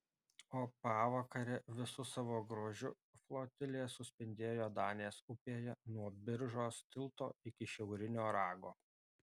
o pavakare visu savo grožiu flotilė suspindėjo danės upėje nuo biržos tilto iki šiaurinio rago